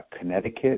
Connecticut